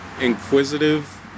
inquisitive